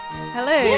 Hello